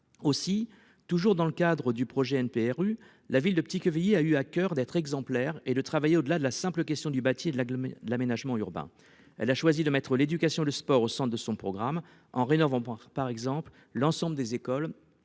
national de renouvellement urbain), la ville de Petit-Quevilly a eu à coeur d'être exemplaire et de travailler au-delà de la simple question du bâti et de l'aménagement urbain. Elle a choisi de mettre l'éducation et le sport au centre de son programme, en rénovant par exemple l'ensemble des écoles